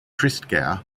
christgau